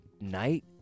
night